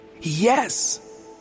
Yes